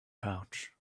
pouch